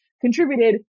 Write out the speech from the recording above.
contributed